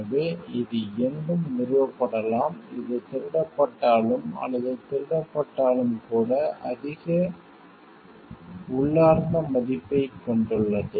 எனவே இது எங்கும் நிறுவப்படலாம் இது திருடப்பட்டாலும் அல்லது திருடப்பட்டாலும் கூட அதிக உள்ளார்ந்த மதிப்பைக் கொண்டுள்ளது